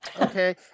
Okay